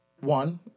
One